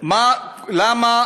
למה